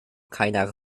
keiner